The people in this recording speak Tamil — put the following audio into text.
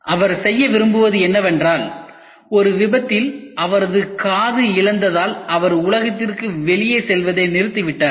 அவர் செய்ய விரும்புவது என்னவென்றால் ஒரு விபத்தில் அவரது காது இழந்ததால் அவர் உலகத்திற்கு வெளியே செல்வதை நிறுத்திவிட்டார்